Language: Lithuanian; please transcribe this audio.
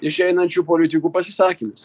išeinančių politikų pasisakymus